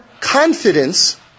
confidence